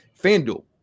FanDuel